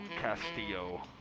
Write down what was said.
Castillo